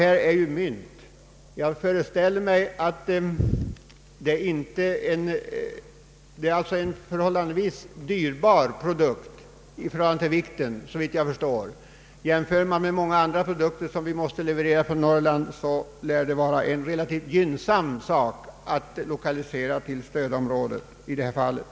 Det är här fråga om mynt, som ju är en i förhållande till vikten tämligen dyrbar produkt. Om man jämför den med många andra produkter som levereras från Norrland torde det vara relativt gynnsamt att lokalisera just denna industri till stödområdet.